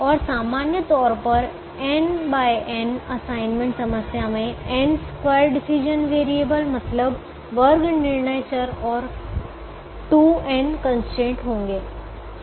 और सामान्य तौर पर n x n असाइनमेंट समस्या में n स्क्वायर डिसीजन वेरिएबल मतलब वर्ग निर्णय चर और 2 n कंस्ट्रेंट होते हैं